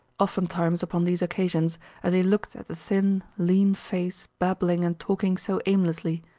oftentimes upon these occasions as he looked at the thin, lean face babbling and talking so aimlessly,